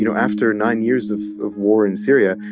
you know after nine years of of war in syria,